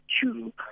two